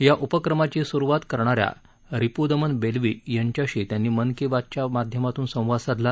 या उपक्रमाची सुरुवात करणाऱ्या रिपुदमन बेल्वी यांच्याशी त्यांनी मन की बात च्या माध्यमातून संवाद साधला